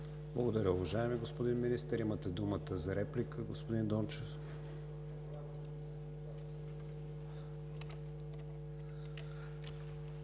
Благодаря, уважаеми господин Министър. Имате думата за реплика, господин Михов.